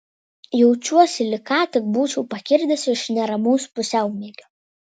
jaučiuosi lyg ką tik būčiau pakirdęs iš neramaus pusiaumiegio